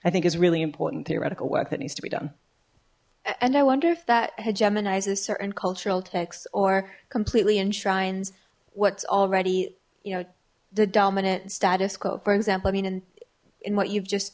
i think is really important theoretical work that needs to be done and i wonder if that had gemini's a certain cultural ticks or completely enshrines what's already you know the dominant status quo for example i mean and in what you've just